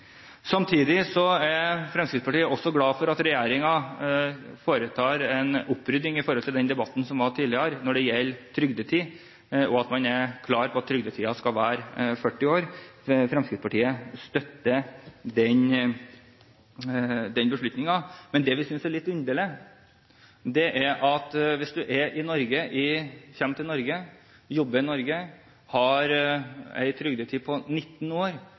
er Fremskrittspartiet også glad for at regjeringen foretar en opprydding når det gjelder den debatten som var tidligere, om trygdetid, og at man er klar på at trygdetiden skal være 40 år. Fremskrittspartiet støtter den beslutningen. Men det som vi synes er litt underlig, er at hvis man kommer til Norge, jobber i Norge og har en trygdetid på 19 år,